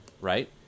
right